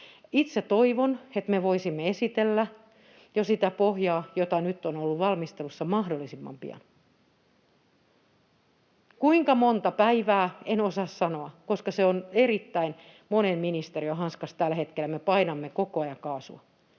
Itse toivon, että me voisimme esitellä jo sitä pohjaa, joka nyt on ollut valmistelussa, mahdollisimman pian. Kuinka monta päivää? En osaa sanoa, koska se on erittäin monen ministeriön hanskassa tällä hetkellä. Me painamme koko ajan kaasua,